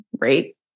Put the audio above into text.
right